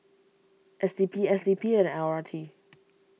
S D P S D P and L R T